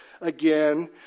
again